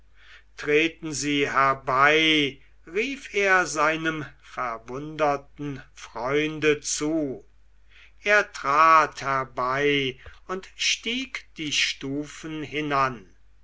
treten sie herbei rief er seinem verwunderten freunde zu er trat herbei und stieg die stufen hinan